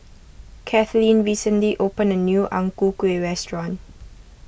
Kathlene recently opened a new Ang Ku Kueh restaurant